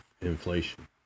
inflation